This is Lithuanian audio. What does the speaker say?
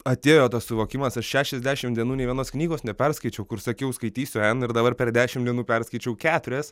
atėjo suvokimas aš šešiasdešimt dienų nė vienos knygos neperskaičiau kur sakiau skaitysiu n ir dabar per dešimt dienų perskaičiau keturias